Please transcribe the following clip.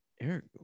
Eric